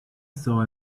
saw